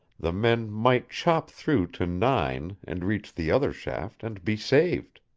the men might chop through to nine and reach the other shaft and be saved.